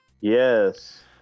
Yes